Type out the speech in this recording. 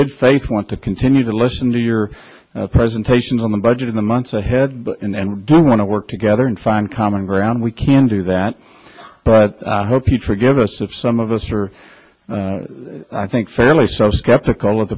good faith want to continue to listen to your presentations on the budget in the months ahead and do want to work together and find common ground we can do that but i hope you'd forgive us if some of us are i think fairly so skeptical of